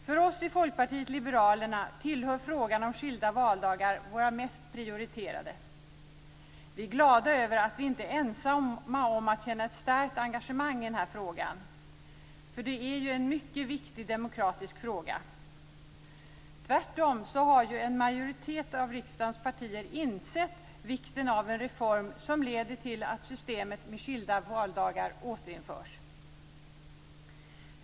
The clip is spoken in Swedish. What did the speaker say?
För oss i Folkpartiet liberalerna tillhör frågan om skilda valdagar våra mest prioriterade frågor. Vi är glada över att vi inte är ensamma om att känna ett starkt engagemang i den här frågan. Det är ju en mycket viktig demokratisk fråga. Tvärtom har en majoritet av riksdagens partier insett vikten av en reform som leder till att systemet med skilda valdagar återinförs.